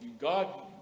God